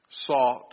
sought